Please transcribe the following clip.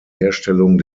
herstellung